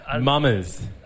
Mummers